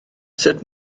sut